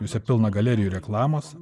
jose pilna galerijų reklamos